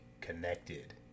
connected